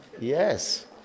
Yes